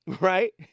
Right